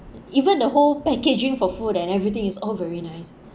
even the whole packaging for food and everything is all very nice